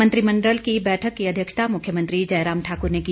मंत्रिमण्डल की बैठक की अध्यक्षता मुख्यमंत्री जयराम ठाक्र ने की